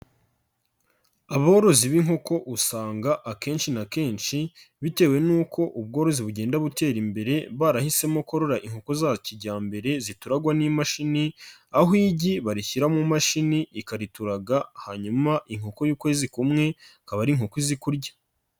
Aborozi b'inkoko usanga akenshi na kenshi, bitewe n'uko ubworozi bugenda butera imbere, barahisemo kurora inkoko za kijyambere zitorangwa n'imashini, aho igi barishyira mu mashini ikarituraga hanyuma inkoko y'ukwezi kumwe, akaba ari inkoko izi kurya.